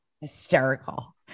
Hysterical